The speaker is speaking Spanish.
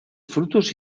frutos